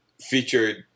featured